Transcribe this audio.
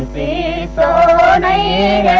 a a